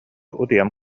утуйан